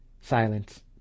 Silence